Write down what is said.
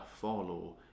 follow